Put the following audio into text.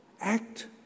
act